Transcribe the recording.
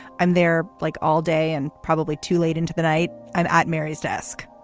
i'm there like all day and probably too late into the night. i'm at mary's desk.